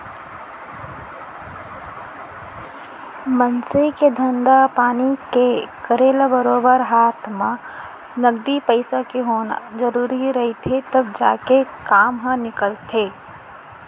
मनसे के धंधा पानी के करे ले बरोबर हात म नगदी पइसा के होना जरुरी रहिथे तब जाके काम ह निकलथे